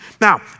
Now